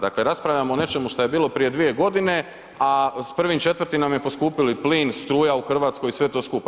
Dakle, raspravljamo o nečemu što je bilo prije dvije godine, a s 1.4. nam je poskupili plin, struja u Hrvatskoj i sve to skupa.